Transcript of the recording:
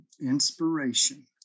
Inspiration